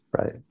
right